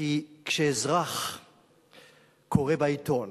כי כשאזרח קורא בעיתון